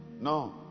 No